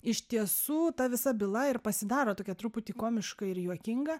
iš tiesų ta visa byla ir pasidaro tokia truputį komiška ir juokinga